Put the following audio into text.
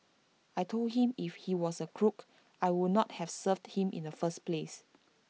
I Told him if he was A crook I would not have served him in the first place